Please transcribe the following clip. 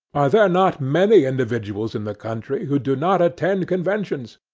are there not many individuals in the country who do not attend conventions?